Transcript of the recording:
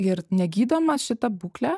ir negydoma šita būklė